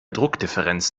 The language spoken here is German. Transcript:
druckdifferenz